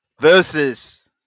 Versus